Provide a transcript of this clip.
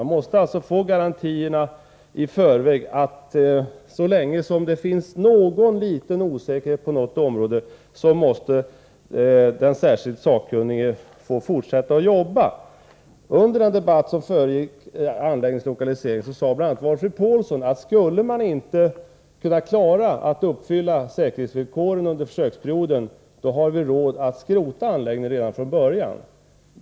Man måste alltså i förväg få garantier för att den särskilt sakkunnige så länge det finns minsta osäkerhet på något område får fortsätta med sitt arbete. Under den debatt som föregick lokaliseringen av anläggningen sade Valfrid Paulsson att skulle man inte klara att uppfylla säkerhetsvillkoren under försöksperioden, har vi råd att skrota anläggningen redan från början.